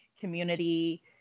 community